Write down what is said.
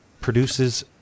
produces